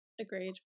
agreed